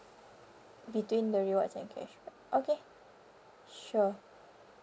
between the rewards and cashback okay sure